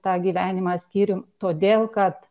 tą gyvenimą skyrium todėl kad